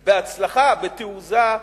בהצלחה, בתעוזה,